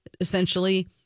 essentially